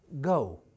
Go